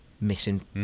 missing